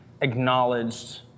acknowledged